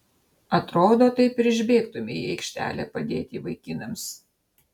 atrodo taip ir išbėgtumei į aikštelę padėti vaikinams